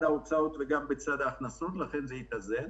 ההוצאות וגם בצד ההכנסות ואז זה יתאזן.